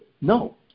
No